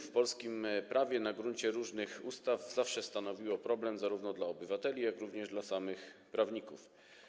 w polskim prawie na gruncie różnych ustaw zawsze stanowiło problem zarówno dla obywateli, jak i dla samych prawników.